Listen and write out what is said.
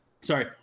sorry